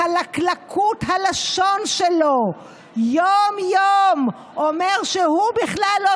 בחלקלקות הלשון שלו יום-יום אומר שהוא בכלל לא